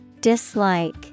Dislike